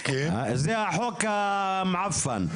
זה החוק המעפן.